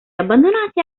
abbandonate